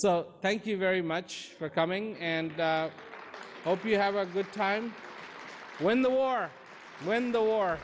so thank you very much for coming and i hope you have a good time when the war when the war